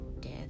Death